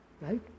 right